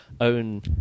own